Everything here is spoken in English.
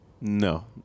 No